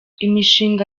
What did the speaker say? imishinga